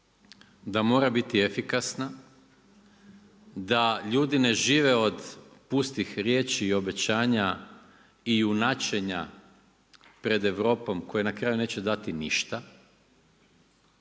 da mora biti efikasna, da ljudi ne žive od pustih riječi i obećanja i junačenja pred Europom koja na kraju neće da ti ništa,